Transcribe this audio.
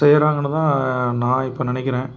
செய்றாங்குன்னு தான் நான் இப்போ நினைக்கிறேன்